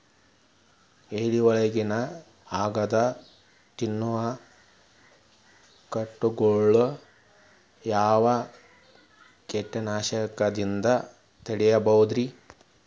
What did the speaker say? ಎಲಿಗೊಳ್ನ ಅಗದು ತಿನ್ನೋ ಕೇಟಗೊಳ್ನ ಯಾವ ಕೇಟನಾಶಕದಿಂದ ತಡಿಬೋದ್ ರಿ?